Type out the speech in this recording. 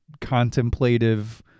contemplative